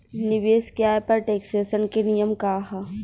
निवेश के आय पर टेक्सेशन के नियम का ह?